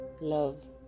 love